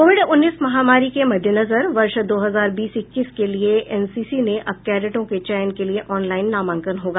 Covid उन्नीस महामारी के मददेनजर वर्ष दो हजार बीस इक्कीस के लिये एनसीसी ने अब कैडेटों के चयन के लिये ऑनलाईन नामांकन होगा